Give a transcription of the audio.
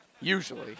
Usually